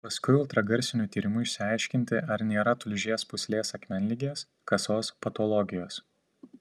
paskui ultragarsiniu tyrimu išsiaiškinti ar nėra tulžies pūslės akmenligės kasos patologijos